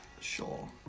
sure